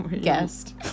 guest